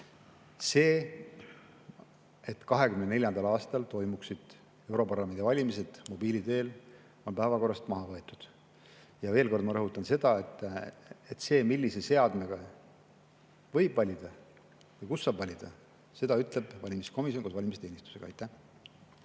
See, et 2024. aastal toimuksid europarlamendi valimised mobiili teel, on päevakorrast maha võetud. Ma veel kord rõhutan: seda, millise seadmega võib valida ja kus saab valida, ütleb valimiskomisjon koos valimisteenistusega. Kui